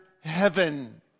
heaven